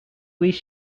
least